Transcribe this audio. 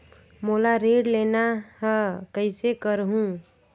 मोला ऋण लेना ह, कइसे करहुँ?